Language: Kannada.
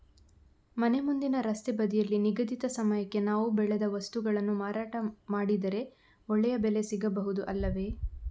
ಮನೆ ಮುಂದಿನ ರಸ್ತೆ ಬದಿಯಲ್ಲಿ ನಿಗದಿತ ಸಮಯಕ್ಕೆ ನಾವು ಬೆಳೆದ ವಸ್ತುಗಳನ್ನು ಮಾರಾಟ ಮಾಡಿದರೆ ಒಳ್ಳೆಯ ಬೆಲೆ ಸಿಗಬಹುದು ಅಲ್ಲವೇ?